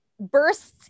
bursts